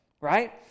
Right